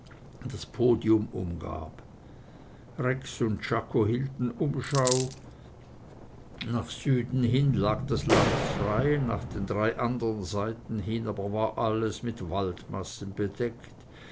das podium umgab rex und czako hielten umschau nach süden hin lag das land frei nach den drei andern seiten hin aber war alles mit waldmassen besetzt